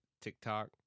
tiktok